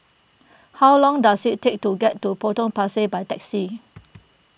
how long does it take to get to Potong Pasir by taxi